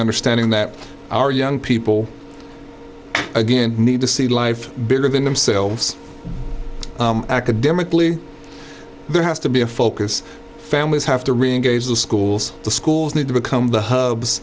understanding that our young people again need to see life bigger than themselves academically there has to be a focus families have to reengage the schools the schools need to become the hubs